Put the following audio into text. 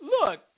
Look